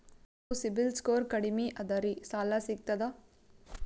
ನಮ್ದು CIBIL score ಕಡಿಮಿ ಅದರಿ ಸಾಲಾ ಸಿಗ್ತದ?